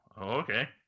okay